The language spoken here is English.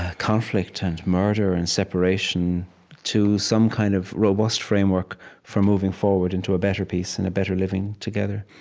ah conflict and murder and separation to some kind of robust framework for moving forward into a better peace and a better living together.